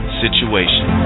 situation